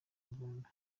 uganda